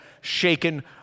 shaken